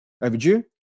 overdue